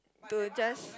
to just